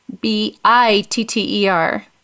B-I-T-T-E-R